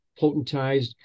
potentized